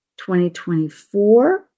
2024